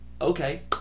okay